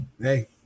Hey